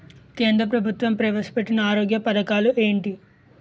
కేంద్ర ప్రభుత్వం ప్రవేశ పెట్టిన ఆరోగ్య పథకాలు ఎంటి?